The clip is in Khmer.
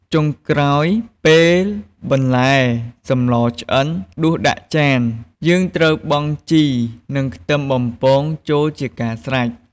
ចុងក្រោយ ពេលបន្លែសម្លឆ្អិនដួសដាក់ចាន យើងត្រូវបង់ជីនិងខ្ទឹមបំពងចូលជាការស្រេច។